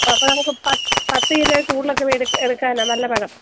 ആ അപ്പം നമുക്ക് പത്ത് കിലോയിൽ കൂടുതലൊക്കെ എടുക്കാനാണ് നല്ല പഴം